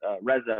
Reza